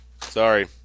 Sorry